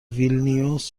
ویلنیوس